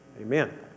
Amen